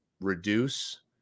reduce